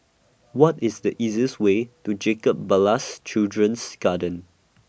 What IS The easiest Way to Jacob Ballas Children's Garden